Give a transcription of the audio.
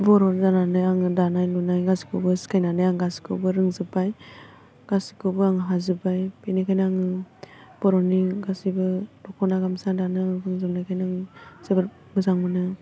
बर' जानानै आङो दानाय लुनाय सिखायनानै आं गासिखौबो रोंजोबबाय गासिखौबो आं हाजोबबाय बेनिखायनो आं बर'नि गासैबो दख'ना गामसा दानाय रोंजोबनायखायनो आं जोबोद मोजां मोनो